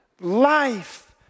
Life